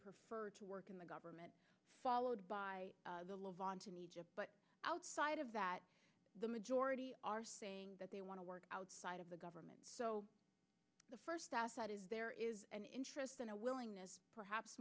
prefer to work in the government followed by the levant in egypt but outside of that the majority are saying that they want to work outside of the government so the first task that is there is an interest and a willingness perhaps